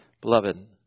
Beloved